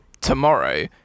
tomorrow